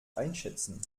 einschätzen